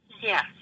Yes